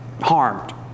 harmed